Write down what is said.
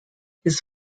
his